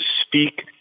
speak